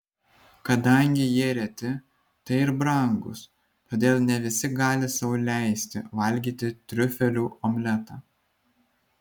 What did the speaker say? kadangi jie reti tai ir brangūs todėl ne visi gali sau leisti valgyti triufelių omletą